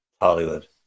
Hollywood